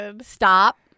stop